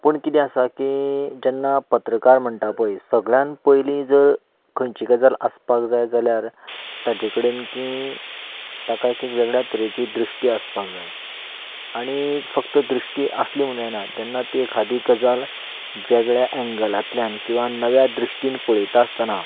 पूण कितें आसा की जेन्ना पत्रकार म्हणटा पळय सगळ्यांत पयलीं जर खंयची गजाल आसपाक जाय जाल्यार ताजे कडेन की ताका एक एक वेगळ्याच तरेची दृश्टी आसपाक जाय आनी फकत दृश्टी आसली म्हूण जायना जेन्ना ती एखादी गजाल वेगळ्या एंगलांतल्यान किंवा नव्या दृश्टीन पळयतास्ताना